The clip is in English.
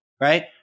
right